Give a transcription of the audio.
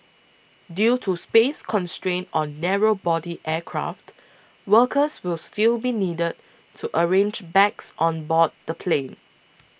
due to space constraints on narrow body aircraft workers will still be needed to arrange bags on board the plane